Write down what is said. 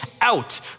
out